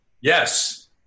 Yes